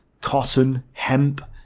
cotton, hemp,